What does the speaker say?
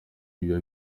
biba